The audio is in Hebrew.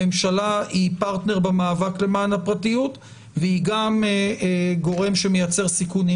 הממשלה היא פרטנר במאבק למען הפרטיות והיא גם גורם שמייצר סיכונים,